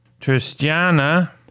Tristiana